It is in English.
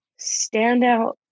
standout